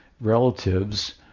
relatives